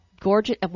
Gorgeous